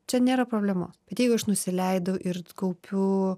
čia nėra problema bet jeigu aš nusileidau ir kaupiu